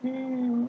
mm